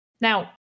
Now